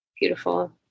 beautiful